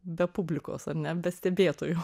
be publikos ar ne be stebėtojų